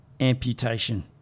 amputation